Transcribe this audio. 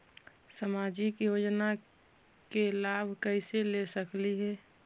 सामाजिक योजना के लाभ कैसे ले सकली हे?